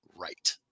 Right